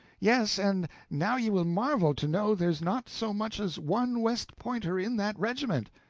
yes and now ye will marvel to know there's not so much as one west pointer in that regiment.